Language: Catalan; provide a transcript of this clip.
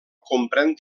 comprèn